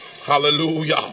Hallelujah